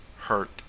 hurt